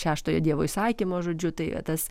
šeštojo dievo įsakymu žodžiu tai va tas